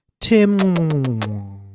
Tim